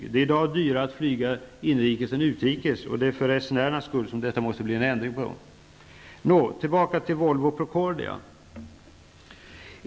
I dag är det dyrare att flyga inrikes än utrikes, och för resenärernas skull måste det bli en ändring på det!